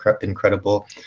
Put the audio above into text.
incredible